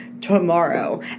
tomorrow